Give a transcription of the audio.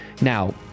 Now